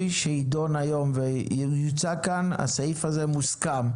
שיידון היום ויוצג כאן הסעיף הזה מוסכם.